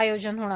आयोजन होणार